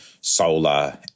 solar